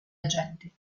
agenti